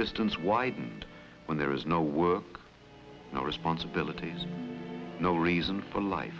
distance wide when there is no work no responsibilities no reason for life